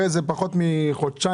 הרי זה פחות מחודשיים,